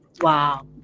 Wow